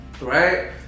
Right